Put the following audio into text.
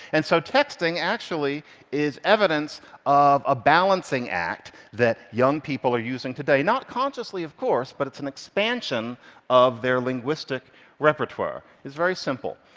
and so texting actually is evidence of a balancing act that young people are using today, not consciously, of course, but it's an expansion of their linguistic repertoire. it's very simple.